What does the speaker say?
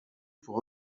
pour